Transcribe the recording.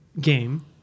game